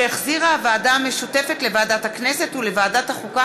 שהחזירה הוועדה המשותפת לוועדת הכנסת ולוועדת החוקה,